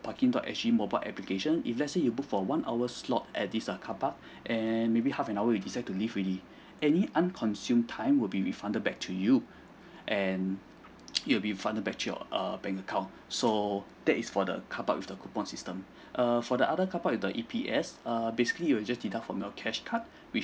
parking dot S G mobile application if let's say you booked for one hour slot at this uh carpark and maybe half an hour you decide to leave already any unconsumed time would be refunded back to you and it'll be refunded back to your err bank account so that is for the carpark with the coupon system err for the other carpark with the E_P_S err basically it'll just deduct from your cash card which